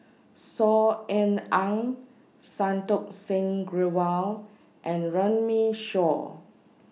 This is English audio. Saw Ean Ang Santokh Singh Grewal and Runme Shaw